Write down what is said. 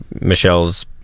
Michelle's